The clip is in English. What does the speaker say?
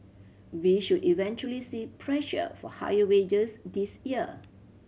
we should eventually see pressure for higher wages this year